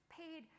paid